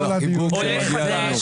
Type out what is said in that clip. עולה חדש,